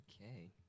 Okay